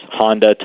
Honda